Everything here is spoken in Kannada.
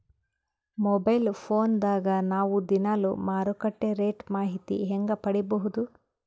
ಮೊಬೈಲ್ ಫೋನ್ ದಾಗ ನಾವು ದಿನಾಲು ಮಾರುಕಟ್ಟೆ ರೇಟ್ ಮಾಹಿತಿ ಹೆಂಗ ಪಡಿಬಹುದು?